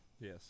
Yes